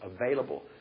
available